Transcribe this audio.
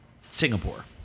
Singapore